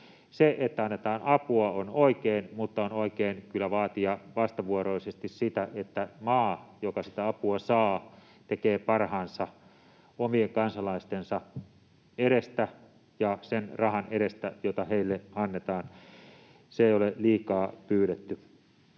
Se, että annetaan apua, on oikein, mutta on oikein kyllä vaatia vastavuoroisesti sitä, että maa, joka sitä apua saa, tekee parhaansa omien kansalaistensa edestä ja sen rahan edestä, jota heille annetaan. Se ei ole liikaa pyydetty.